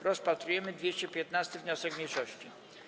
Rozpatrujemy 215. wniosek mniejszości.